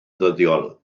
ddyddiol